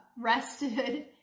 rested